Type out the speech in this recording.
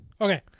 Okay